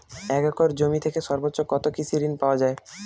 এক একর জমি থেকে সর্বোচ্চ কত কৃষিঋণ পাওয়া য়ায়?